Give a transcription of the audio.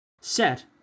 Set